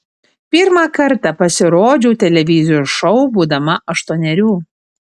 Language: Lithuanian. pirmą kartą pasirodžiau televizijos šou būdama aštuonerių